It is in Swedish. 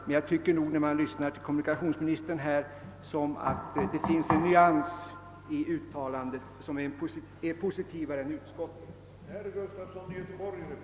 Men jag tycker dock att kommunikationsministern här i sina uttalanden är något mera positiv till stöd även till persontransporter än utskottets majoritet.